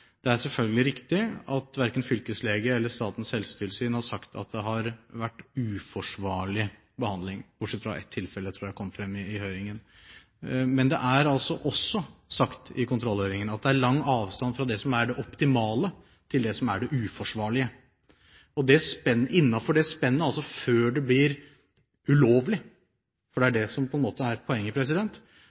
det selvfølgelig er riktig at verken fylkeslegen eller Statens helsetilsyn har sagt at det har vært uforsvarlig behandling – bortsett fra ett tilfelle, tror jeg, kom det frem i høringen. Det er også sagt i kontrollhøringen at det er lang avstand fra det som er det optimale, til det som er det uforsvarlige. Innenfor det spennet, altså før det blir ulovlig – for det er det som er poenget – og før det går over den streken hvor det er